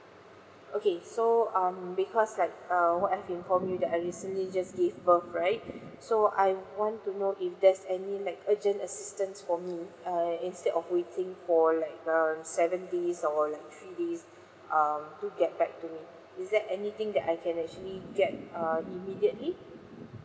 okay so um because like err what I've inform you that I recently just gave birth right so I want to know if there's any like urgent assistance for me err instead of waiting for like um seven days or like three days um to get back to me is there anything that I can actually get err immediately